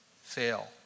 fail